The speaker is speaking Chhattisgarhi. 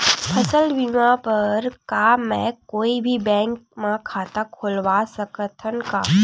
फसल बीमा बर का मैं कोई भी बैंक म खाता खोलवा सकथन का?